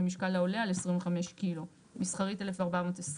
במשקל העולה על 25 ק"ג: מסחרית 1,420,